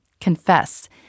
Confess